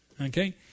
Okay